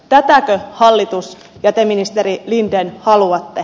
tätäkö hallitus ja te ministeri linden haluatte